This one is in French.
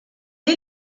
est